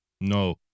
No